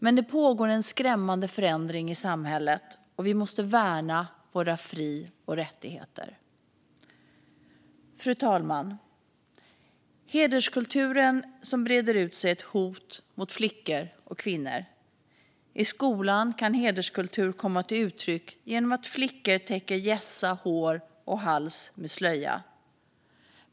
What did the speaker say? Men det pågår en skrämmande förändring i samhället, och vi måste värna våra fri och rättigheter. Fru talman! Hederskulturen som breder ut sig är ett hot mot flickor och kvinnor. I skolan kan hederskultur komma till uttryck genom att flickor täcker hjässa, hår och hals med slöja.